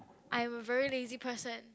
I'm a very lazy person